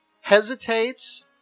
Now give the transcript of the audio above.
Hesitates